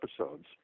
episodes